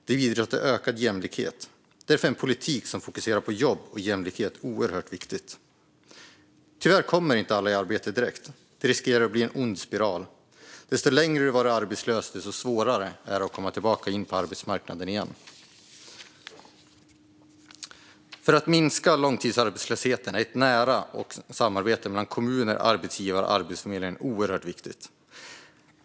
Det bidrar till en ökad jämlikhet. Därför är en politik som fokuserar på jobb och jämlikhet oerhört viktig. Tyvärr kommer inte alla i arbete direkt. Det riskerar att bli en ond spiral. Ju längre du varit arbetslös, desto svårare är det att komma tillbaka in på arbetsmarknaden igen. För att minska långtidsarbetslösheten är ett nära samarbete mellan kommuner, arbetsgivare och Arbetsförmedlingen oerhört viktigt.